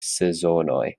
sezonoj